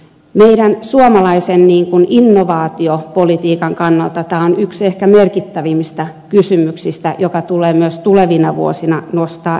meidän suomalaisen innovaatiopolitiikan kannalta tämä on ehkä yksi merkittävimmistä kysymyksistä joka tulee myös tulevina vuosina nostaa esille